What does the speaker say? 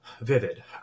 vivid